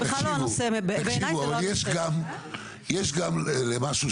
אבל אם נותנים לך